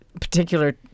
particular